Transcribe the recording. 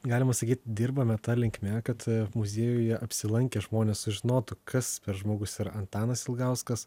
galima sakyt dirbame ta linkme kad muziejuje apsilankę žmonės sužinotų kas per žmogus yra antanas ilgauskas